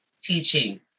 teaching